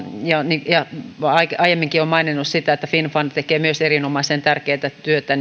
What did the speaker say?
ja aiemminkin olen maininnut että myös finnfund tekee erinomaisen tärkeätä työtä